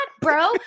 bro